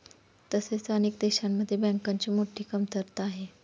तसेच अनेक देशांमध्ये बँकांची मोठी कमतरता आहे